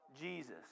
Jesus